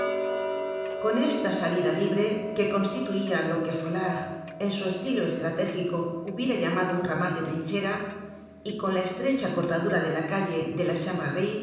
con esta salida libre que constituia lo que folar en su estilo estratégico hubiera llamado un ramal de trinchera y con la estrecha cortadura de la calle de la